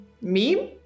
meme